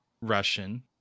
Russian